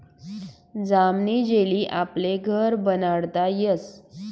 जामनी जेली आपले घर बनाडता यस